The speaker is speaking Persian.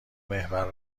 محور